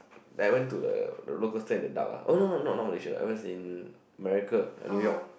that I went to the rollercoaster in the dark ah oh not not not Malaysia I was in America New-York